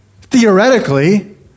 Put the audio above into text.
theoretically